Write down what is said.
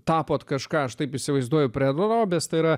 tapote kažką aš taip įsivaizduoju pralobęs tai yra